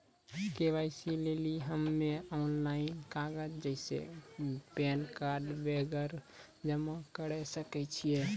KYC लेली हम्मय online कागज जैसे पैन कार्ड वगैरह जमा करें सके छियै?